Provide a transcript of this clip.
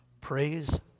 Praise